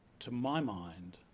to my mind